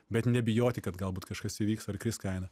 bet nebijoti kad galbūt kažkas įvyks ar kris kaina